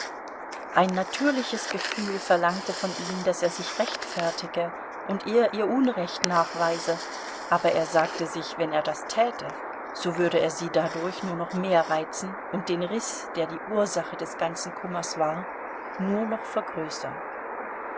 ein natürliches gefühl verlangte von ihm daß er sich rechtfertige und ihr ihr unrecht nachweise aber er sagte sich wenn er das täte so würde er sie dadurch nur noch mehr reizen und den riß der die ursache des ganzen kummers war nur noch vergrößern